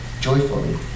joyfully